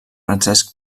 francesc